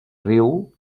riu